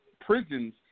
prisons